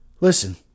Listen